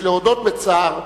יש להודות בצער,